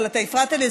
אתה הפרעת לי,